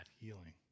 healing